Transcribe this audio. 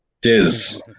Diz